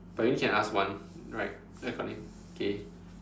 but you only can ask one right recording K